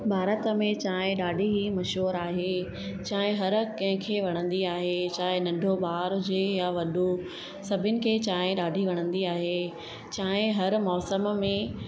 भारत में चांहि ॾाढी ई मशहूरु आहे चाएं हर कंहिंखे वणंदी आहे चाहे नंढो ॿारु हुजे या वॾो सभिनि खे चांहि ॾाढी वणंदी आहे चाएं हर मौसम में